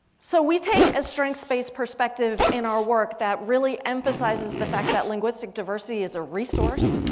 so we take a strengths based perspective in our work that really emphasizes the fact that linguistic diversity is a resource.